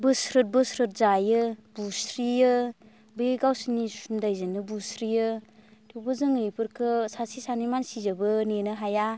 बोस्रोद बोस्रोद जायो बुस्रियो बे गावसोरनि सुन्दायजोंनो बुस्रियो थेवबो जोङो बेफोरखौ सासे सानै मानसिजोंबो नेनो हाया